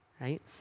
Right